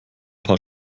paar